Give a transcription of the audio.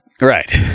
Right